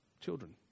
children